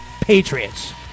Patriots